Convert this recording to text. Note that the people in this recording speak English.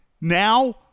Now